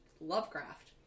Lovecraft